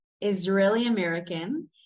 Israeli-American